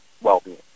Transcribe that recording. well-being